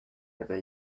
about